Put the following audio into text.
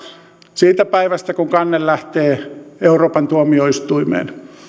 siitä päivästä kun kanne lähtee euroopan tuomioistuimeen